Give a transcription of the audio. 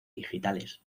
digitales